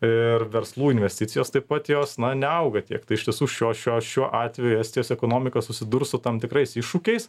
ir verslų investicijos taip pat jos na neauga tiek tai iš tiesų šio šiuo šiuo atveju estijos ekonomika susidurs su tam tikrais iššūkiais